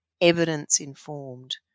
evidence-informed